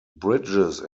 bridges